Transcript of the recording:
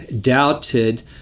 doubted